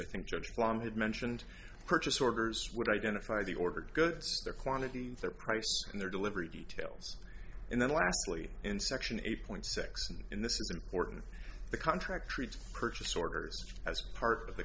i think judge blom had mentioned purchase orders would identify the order goods the quantity their price and their delivery details and then lastly in section eight point six and in this is important the contract treats purchase orders as part of the